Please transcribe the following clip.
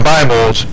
Bibles